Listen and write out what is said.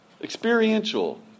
experiential